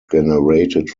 generated